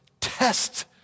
Test